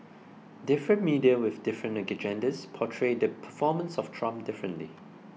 different media with different agendas portray the performance of Trump differently